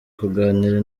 kuganira